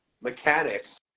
mechanics